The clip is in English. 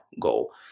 goal